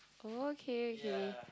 okay okay